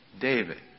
David